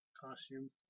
costume